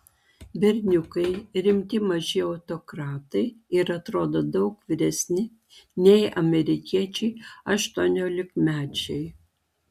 berniukai rimti maži autokratai ir atrodo daug vyresni nei amerikiečiai aštuoniolikmečiai